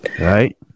Right